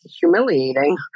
humiliating